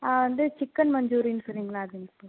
ஆ வந்து chicken Manchurian சொன்னிங்களே அது மட்டும்